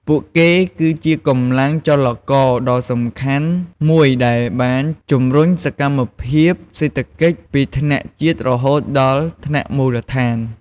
ពួកគេ គឺជាកម្លាំងចលករដ៏សំខាន់មួយដែលបានជំរុញសកម្មភាពសេដ្ឋកិច្ចពីថ្នាក់ជាតិរហូតដល់ថ្នាក់មូលដ្ឋាន។